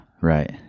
Right